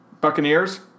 Buccaneers